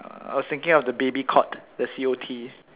I was thinking of the baby cot the C O T